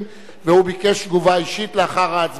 והוא ביקש תגובה אישית לאחר ההצבעה.